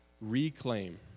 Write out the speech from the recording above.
reclaim